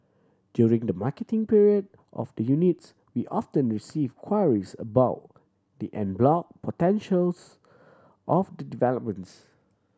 during the marketing period of the units we often receive queries about the en bloc potentials of the developments